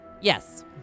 yes